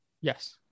yes